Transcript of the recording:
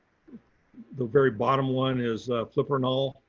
the very bottom line is flprinol.